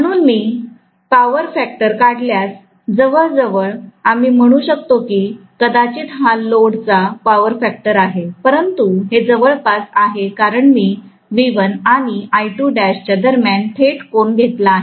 म्हणून मी power factor काढल्यास जवळजवळ आम्ही म्हणू शकतो की कदाचित हा लोड चा पॉवर फॅक्टर आहे परंतु हे जवळपास आहे कारण मी V1 आणिच्या दरम्यान थेट कोन घेतला आहे